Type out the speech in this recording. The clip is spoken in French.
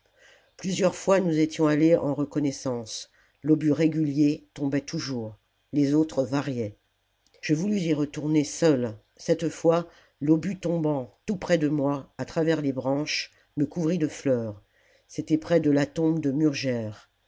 plusieurs fois nous étions allés en reconnaissance l'obus régulier tombait toujours les autres variaient je voulus y retourner seule cette fois l'obus tombant tout près de moi à travers les branches me couvrit de fleurs c'était près de la tombe de